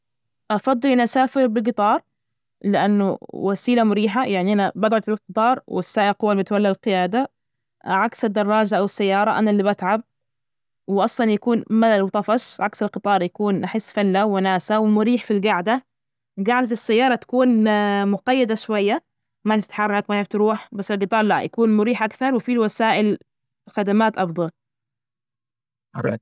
أفضي أنى أسافر بجطار لأنه وسيلة مريحة، يعني أنا بجعد فى القطار والسائق هو اللي بيتولى القيادة عكس الدراجة أو السيارة، أنا اللي بتعب وأصلا يكون ملل وطفش، عكس القطار يكون أحس فله وناسة ومريح في الجعدة، جعدة السيارة تكون مقيدة شوية، ما تتحرك ما تعرف تروح، بس القطار لا يكون مريح أكثر، وفي وسائل خدمات أفضل.